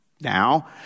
Now